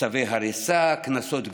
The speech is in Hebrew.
צווי הריסה, קנסות גבוהים.